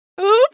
Oop